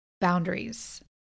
boundaries